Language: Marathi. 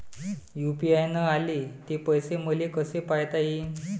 यू.पी.आय न आले ते पैसे मले कसे पायता येईन?